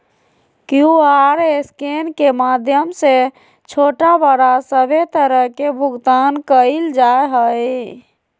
QR scan के माध्यम से छोटा बड़ा सभे तरह के भुगतान कइल जा हइ